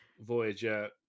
Voyager